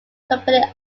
company